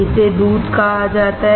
इसे दूध कहा जाता है